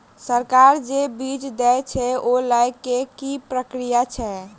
सरकार जे बीज देय छै ओ लय केँ की प्रक्रिया छै?